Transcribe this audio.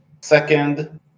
second